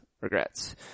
Regrets